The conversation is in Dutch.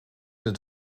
het